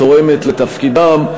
צורמת לתפקידם,